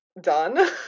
Done